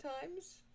times